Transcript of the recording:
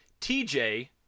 TJ